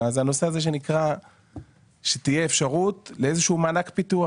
זה הנושא הזה שנקרא שתהיה אפשרות לאיזה שהוא מענק פיתוח,